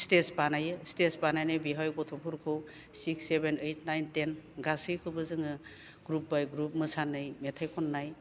stage बानायो stage बानायनाय बेवहाय गथ'फोरखौ six seven eight nine ten गासैखौबो जोङो ग्रुप बाय ग्रुप मोसानाय मेथाइ खननाय